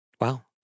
Wow